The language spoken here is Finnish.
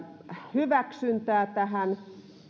hyväksyntää tähän